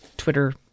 Twitter